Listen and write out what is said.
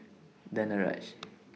Danaraj